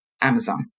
Amazon